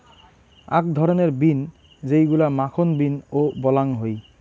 আক ধরণের বিন যেইগুলা মাখন বিন ও বলাং হই